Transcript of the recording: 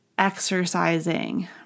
exercising